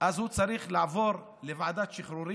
אז הוא צריך לעבור לוועדת השחרורים,